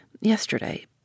yesterday